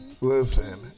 Listen